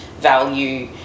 value